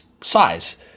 size